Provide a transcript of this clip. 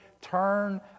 turn